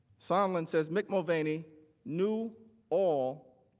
sondland says mick mulvaney knew all